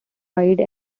wide